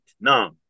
No